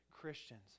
Christians